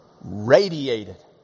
radiated